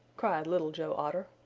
cried little joe otter.